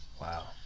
wow